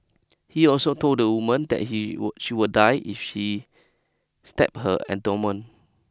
he also told the woman that he would she would die if she stabbed her abdomen